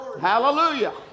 Hallelujah